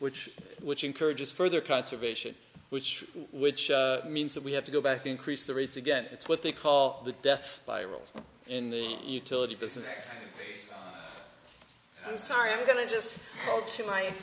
which which encourages further conservation which which means that we have to go back increase the rates again it's what they call the death spiral in the utility business i'm sorry i'm going to just